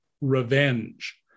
revenge